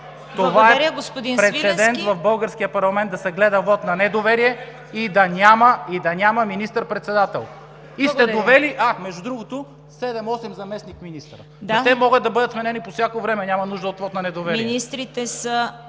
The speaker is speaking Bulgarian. ГЕРБ.) Прецедент е в българския парламент да се гледа вот на недоверие и да няма министър-председател! Довели сте, между другото, седем-осем заместник-министри. Те могат да бъдат сменени по всяко време. Няма нужда от вот на недоверие.